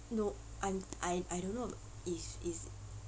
no I'm I I don't know if it's